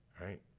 Right